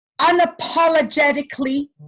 unapologetically